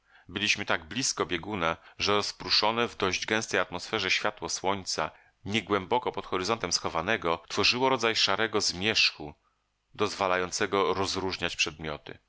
byliśmy tak blizko bieguna że rozprószone w dość gęstej atmosferze światło słońca nie głęboko pod horyzontem schowanego tworzyło rodzaj szarego zmierzchu dozwalającego rozróżniać przedmioty